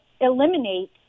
eliminate